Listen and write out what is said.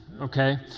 okay